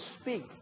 speak